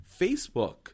Facebook